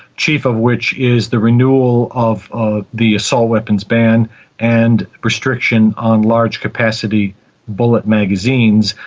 chief of which is the renewal of ah the assault weapons ban and restriction on large capacity bullet magazines.